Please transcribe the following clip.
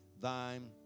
thine